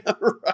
right